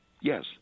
Yes